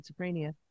schizophrenia